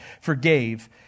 forgave